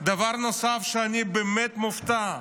דבר נוסף, שאני באמת מופתע,